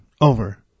over